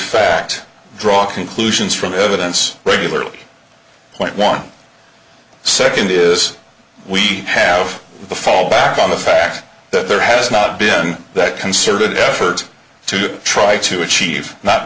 fact draw conclusions from the evidence regularly one second is we have to fall back on the fact that there has not been that concerted effort to try to achieve not